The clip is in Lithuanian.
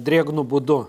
drėgnu būdu